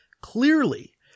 Clearly